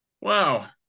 wow